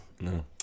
No